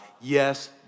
Yes